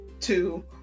two